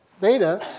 beta